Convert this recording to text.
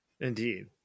Indeed